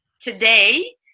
today